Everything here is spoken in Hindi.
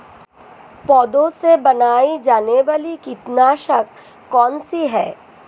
पौधों से बनाई जाने वाली कीटनाशक कौन सी है?